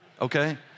okay